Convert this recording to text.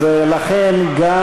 אז לכן גם